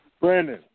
Brandon